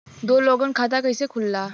दो लोगक खाता कइसे खुल्ला?